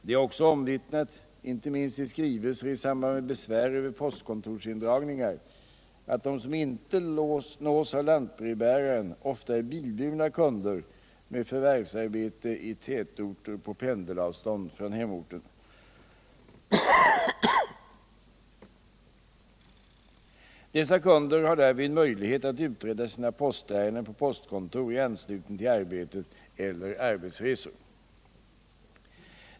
Det är också omvittnat, inte minst i skrivelser i samband med besvär över postkontorsindragningar, att de som inte nås av lantbrevbäraren ofta är bilburna kunder med förvärvsarbete i tätorter på pendelavstånd från hemorten. Dessa kunder har därvid möjlighet att uträtta sina postärenden på postkontor i anslutning till arbetet eller arbetsresor.